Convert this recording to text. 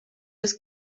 was